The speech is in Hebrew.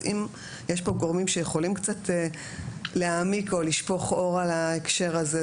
אם יש פה גורמים שיכולים קצת להעמיק או לשפוך אור על ההקשר הזה,